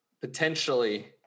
potentially